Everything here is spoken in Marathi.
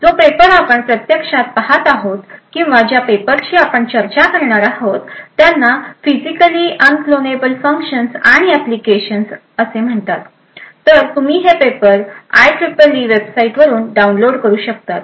जो पेपर आपण प्रत्यक्षात पहात आहोत किंवा ज्या पेपरची आपण चर्चा करणार आहोत त्यांना फिजिकली अनक्लोनेबल फंक्शन्स आणि ऍप्लिकेशन म्हणतात तर तुम्ही हे आयईईई वेबसाईट वरून डाऊनलोड करू शकतात